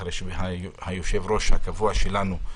אחרי שהיושב-ראש הקבוע שלנו,